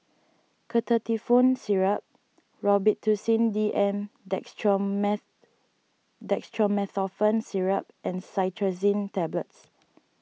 Ketotifen Syrup Robitussin D M Dextromethorphan Syrup and Cetirizine Tablets